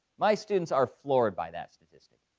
my students are floored by that statistic.